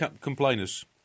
complainers